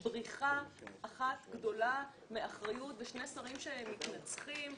יש בריחה אחת גדולה מאחריות ושני שרים שמתנצחים.